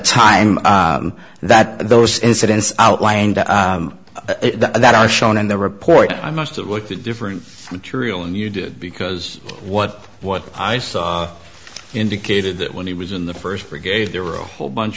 time that those incidents outlined that are shown in the report i must've looked at different material and you did because what what i saw indicated that when he was in the first brigade there were whole bunch